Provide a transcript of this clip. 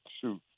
shoot